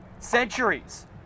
Centuries